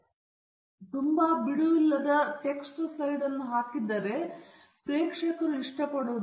ನಿಮ್ಮ ಸ್ಲೈಡ್ ಎಷ್ಟು ಬ್ಯುಸಿ ಎಂದು ನೀವು ಗಮನ ಕೊಡಬೇಕೆಂದು ನಾನು ಗಮನಸೆಳೆದಿದ್ದೇನೆ ನೀವು ತುಂಬಾ ಬಿಡುವಿಲ್ಲದ ಸ್ಲೈಡ್ ಅನ್ನು ಹಾಕಿದರೆ ಆ ಪ್ರೇಕ್ಷಕರನ್ನು ಎಸೆಯುತ್ತಾರೆ